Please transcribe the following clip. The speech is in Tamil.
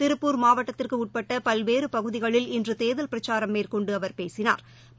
திருப்பூர் மாவட்டத்திற்குஉட்பட்டபல்வேறுபகுதிகளில் இன்றுதேர்தல் பிரச்சாரம் மேற்கொண்டுஅவர் பேசினாா்